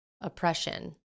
oppression